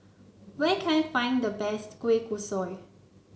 where can I find the best Kueh Kosui